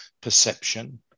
perception